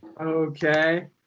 Okay